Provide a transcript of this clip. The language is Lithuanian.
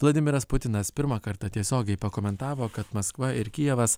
vladimiras putinas pirmą kartą tiesiogiai pakomentavo kad maskva ir kijevas